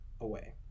away